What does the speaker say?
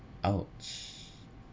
!ouch!